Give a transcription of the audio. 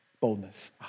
boldness